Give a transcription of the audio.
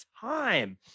time